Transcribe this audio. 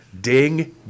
Ding